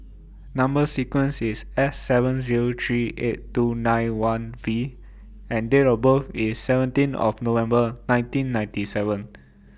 Number sequence IS S seven Zero three eight two nine one V and Date of birth IS seventeen of November nineteen ninety seven